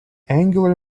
angular